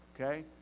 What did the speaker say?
okay